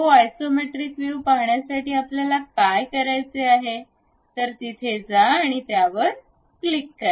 isometric view पाहण्यासाठी आपल्याला काय करायचे आहे तर तेथे जा आणि त्यावर क्लिक करा